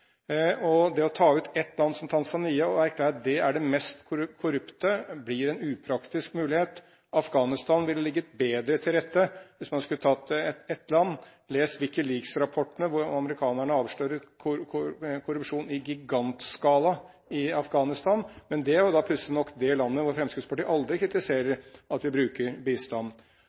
Det å ta ut ett land, som Tanzania, og erklære at det er det mest korrupte, blir en upraktisk mulighet. Afghanistan ville ligget bedre til rette hvis man skulle tatt ett land. Les Wikileaks-rapportene hvor amerikanerne avslører korrupsjon i gigantskala i Afghanistan. Men det er pussig nok det landet hvor Fremskrittspartiet aldri kritiserer at vi bruker bistand.